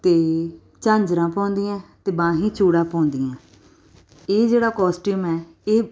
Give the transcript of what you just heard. ਅਤੇ ਝਾਂਜਰਾਂ ਪਾਉਂਦੀਆਂ ਅਤੇ ਬਾਹਾਂ ਚੂੜਾ ਪਾਉਂਦੀਆਂ ਇਹ ਜਿਹੜਾ ਕੋਸਟਿਊਮ ਹੈ ਇਹ